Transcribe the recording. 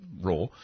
raw